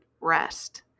rest